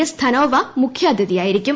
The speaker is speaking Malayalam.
എസ് ധന്നോവ മുഖ്യാതിഥിയായിരിക്കും